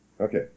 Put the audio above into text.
Okay